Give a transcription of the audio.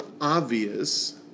obvious